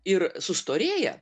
ir sustorėja